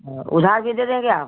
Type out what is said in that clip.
हाँ उधार भी दे देंगे आप